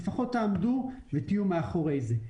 לפחות תעמדו ותהיו מאחורי זה.